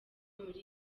muri